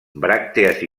bràctees